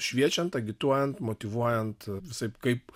šviečiant agituojant motyvuojant visaip kaip